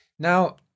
Now